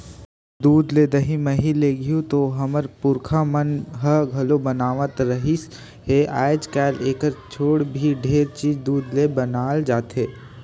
दूद ले दही, मही, घींव तो हमर पूरखा मन ह घलोक बनावत रिहिस हे, आयज कायल एखर छोड़े भी ढेरे चीज दूद ले बनाल जाथे